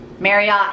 Marriott